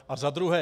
A za druhé.